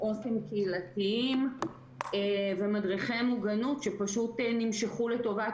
עו"סים קהילתיים ומדריכי מוגנות שפשוט נמשכו לטובת